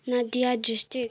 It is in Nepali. नदिया डिस्ट्रिक्ट